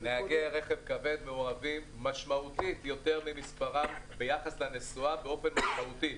נהגי רכב כבד מעורבים משמעותית יותר ממספרם ביחס לנסועה באופן משמעותי,